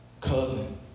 cousin